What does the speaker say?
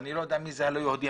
אני לא יודע מי אלה הלא יהודים.